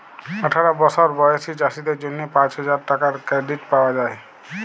আঠার বসর বয়েসী চাষীদের জ্যনহে পাঁচ হাজার টাকার কেরডিট পাউয়া যায়